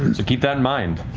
and so keep that in mind.